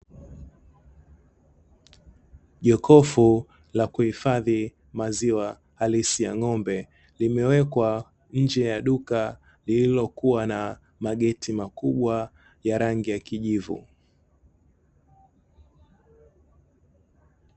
Jokofu la kuhifadhi maziwa halisi ya ng'ombe, limewekwa nje ya duka lililokuwa na mageti makubwa ya rangi ya kijivu.